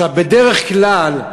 בדרך כלל,